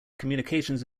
communications